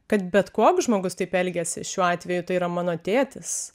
kad bet koks žmogus taip elgiasi šiuo atveju tai yra mano tėtis